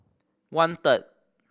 one third